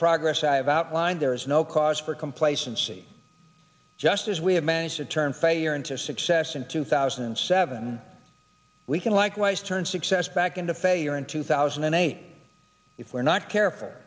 progress i've outlined there is no cause for complacency just as we have managed to turn failure into success in two thousand and seven we can likewise turn success back into failure in two thousand and eight if we're not care